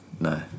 No